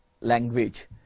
language